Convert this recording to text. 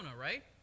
right